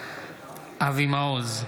אינו נוכח אבי מעוז,